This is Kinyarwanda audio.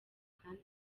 kandi